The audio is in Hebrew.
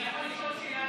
אני יכול לשאול שאלה?